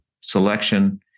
selection